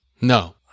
No